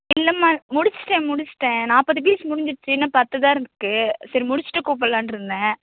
இல்லைம்மா முடிச்சுட்டேன் முடிச்சுட்டேன் நாற்பது பீஸ் முடிஞ்சுருச்சி இன்னும் பத்துதான் இருக்குது சரி முடிச்சுட்டு கூப்பிட்லான்ருந்தேன்